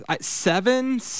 seven